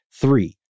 Three